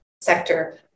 sector